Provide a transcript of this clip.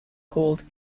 called